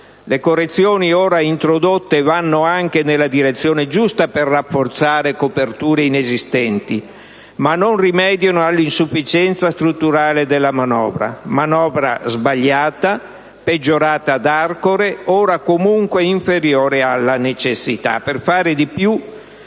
Le correzioni ora introdotte vanno anche nella direzione giusta per rafforzare coperture inesistenti, ma non rimediano all'insufficienza strutturale della manovra: manovra sbagliata, peggiorata ad Arcore, ora comunque inferiore alle necessità.